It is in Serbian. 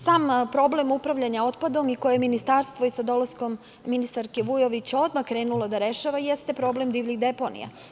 Sam problem upravljanja otpadom i koje je ministarstvo sa dolaskom ministarke Vujović odmah krenulo da rešava jeste problem divljih deponija.